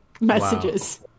messages